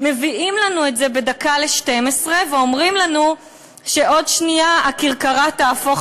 מביאים לנו את זה בדקה לשתים-עשרה ואומרים לנו שעוד שנייה הכרכרה תהפוך